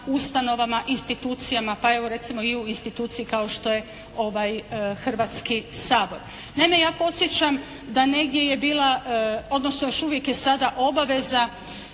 ustanovama, institucijama, pa evo recimo i u instituciji kao što je ovaj Hrvatski sabor. Naime, ja podsjećam da negdje je bila odnosno još uvijek je sada obaveza